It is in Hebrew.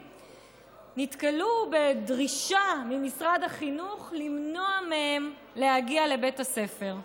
נתקלו בדרישה של משרד החינוך למנוע מהם להגיע לבית הספר.